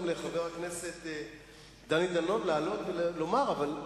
לחבר הכנסת דני דנון לעלות ולומר את דבריו.